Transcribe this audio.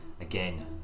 Again